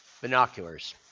Binoculars